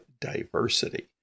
diversity